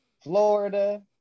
Florida